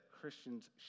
Christians